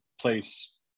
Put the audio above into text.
place